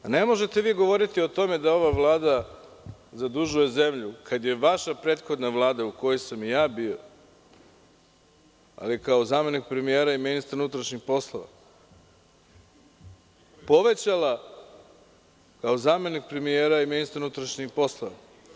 Ne možete vi govoriti o tome da ova Vlada zadužuje zemlju, kada je vaša prethodna Vlada u kojoj sam ja bio, ali kao zamenik premijera i ministar unutrašnjih poslova, povećala kao zamenik premijera i ministar unutrašnjih poslova.